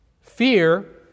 Fear